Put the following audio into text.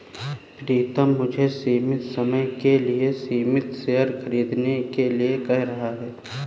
प्रितम मुझे सीमित समय के लिए सीमित शेयर खरीदने को कह रहा हैं